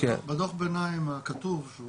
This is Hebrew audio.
בדו"ח ביניים הכתוב יש